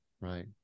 Right